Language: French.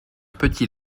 petit